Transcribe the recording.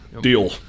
Deal